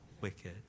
wicked